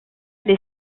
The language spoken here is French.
les